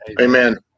Amen